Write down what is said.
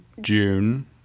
June